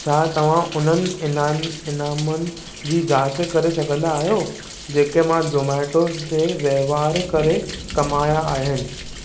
छा तव्हां उन्हनि इनामनि जी जाच करे सघंदा आहियो जेके मां ज़ोमेटो ते वहिंवार करे कमाया आहिनि